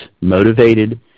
motivated